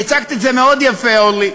והצגת את זה מאוד יפה, אורלי,